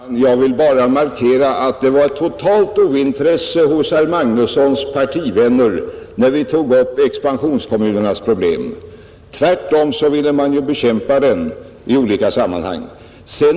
Herr talman! Jag vill bara konstatera att herr Magnussons i Borås partivänner visade totalt ointresse, när vi tog upp expansionskommunernas problem, Tvärtom ville man bekämpa de förslag som vi väckt för att minska de ekonomiska problemen för dessa kommuner.